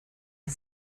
und